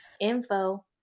info